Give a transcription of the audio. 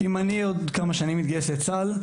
עוד כמה שנים אני עתיד להתגייס לצה״ל,